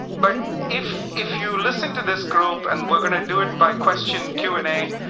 but if if you listen to this group and we're going to do it by question q and a,